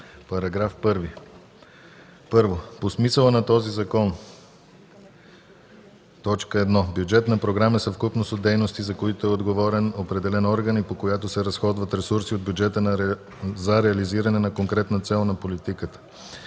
„§ 1. По смисъла на този закон: 1. „Бюджетна програма” е съвкупност от дейности, за които е отговорен определен орган, и по която се разходват ресурси от бюджета за реализиране на конкретна цел на политиката.